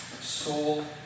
Soul